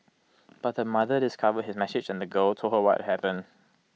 but her mother discovered his message and the girl told her what had happened